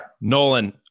Nolan